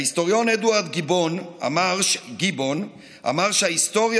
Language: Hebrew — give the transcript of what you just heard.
ההיסטוריון אדוארד גיבון אמר שההיסטוריה